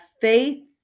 faith